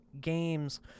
Games